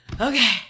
Okay